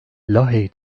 lahey